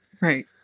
Right